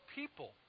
people